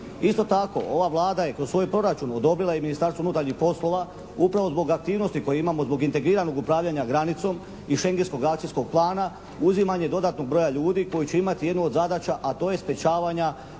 Isto tako ova Vlada je u kroz svoj proračun odobrila i Ministarstvu unutarnjih poslova upravo zbog aktivnosti koje imamo, zbog integriranog upravljanja granicom i Šengejskog akcijskog plana, uzimanje dodatnog broja ljudi koji će imati jednu od zadaća, a to je sprječavanja